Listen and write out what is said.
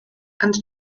and